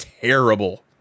terrible